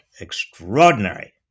extraordinary